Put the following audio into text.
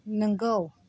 नंगौ